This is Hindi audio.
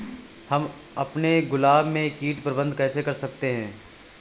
हम अपने गुलाब में कीट प्रबंधन कैसे कर सकते है?